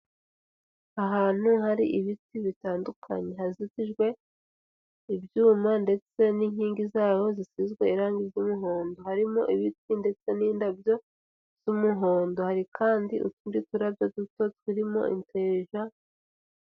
Ahantu hari ibiti bitandukanye, hazitijwe ibyuma ndetse n'inkingi zaho zisizwe irangi ry'umuhondo, harimo ibiti ndetse n'indabyo z'umuhondo, hari kandi utundi turabyo duto turimo inteja.